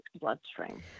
bloodstream